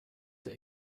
der